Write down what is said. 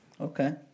Okay